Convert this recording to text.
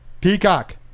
Peacock